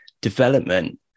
development